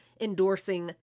endorsing